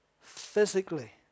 physically